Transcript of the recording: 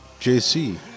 JC